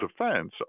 defense